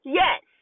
yes